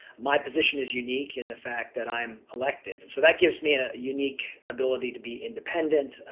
my position is unique in the fact that i am elected. and so that gives me a unique ability to be independent,